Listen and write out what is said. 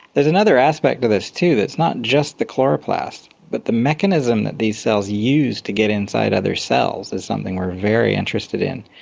there's another aspect to this too that is not just the chloroplast, but the mechanism that these cells use to get inside other cells is something we are very interested in.